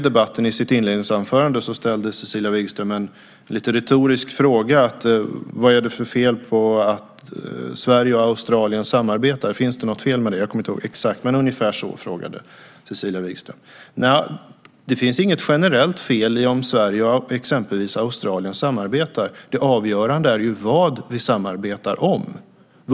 I sitt inledningsanförande ställde Cecilia Wigström den något retoriska frågan vad det är för fel på att Sverige och Australien samarbetar, om det finns något fel i det. Jag kommer inte ihåg den exakta ordalydelsen, men ungefär så frågade hon. Nej, det finns inget generellt fel i att Sverige och exempelvis Australien samarbetar. Det avgörande är vad vi samarbetar om.